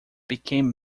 became